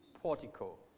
portico